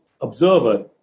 observer